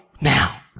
now